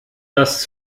das